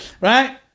right